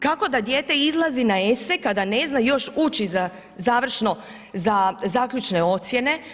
Kako da dijete izlazi na esej kada ne zna još ući za završno, za zaključne ocjene.